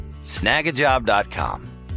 snagajob.com